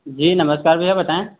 जी नमस्कार भैया बताएं